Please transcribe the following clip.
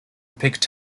picked